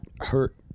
hurt